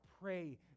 pray